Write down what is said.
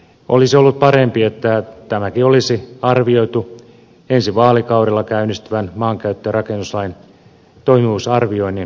olisi ollut parempi että tämäkin olisi arvioitu ensi vaalikaudella käynnistyvän maankäyttö ja rakennuslain toimivuusarvioinnin jälkeen